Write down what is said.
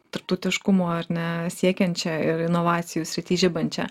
tarptautiškumo ar ne siekiančią ir inovacijų srity žibančią